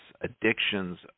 addictions